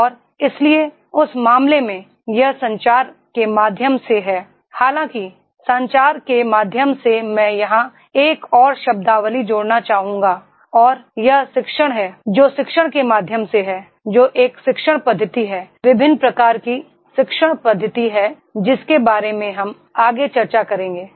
और इसलिए उस मामले में यह संचार के माध्यम से है हालांकि संचार के माध्यम से मैं यहां एक और शब्दावली जोड़ना चाहूंगा और यह शिक्षण है जो शिक्षण के माध्यम से है जो एक शिक्षण पद्धति है विभिन्न प्रकार की शिक्षण पद्धति है जिसके बारे में हम आगे चर्चा करेंगे